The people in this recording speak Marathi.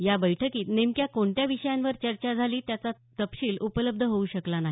या बैठकीत नेमक्या कोणत्या विषयांवर चर्चा झाली त्याचा तपशील उपलब्ध होऊ शकला नाही